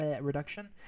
Reduction